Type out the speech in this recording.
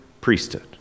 priesthood